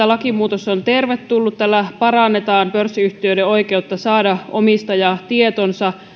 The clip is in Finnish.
lakimuutos on tervetullut tällä parannetaan pörssiyhtiöiden oikeutta saada omistajatietonsa